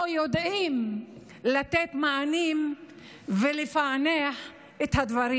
לא יודעים לתת מענים ולפענח את הדברים.